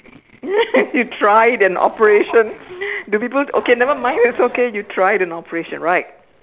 you tried an operation do people okay nevermind it's okay you tried an operation right